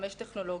5 טכנולוגי,